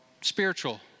spiritual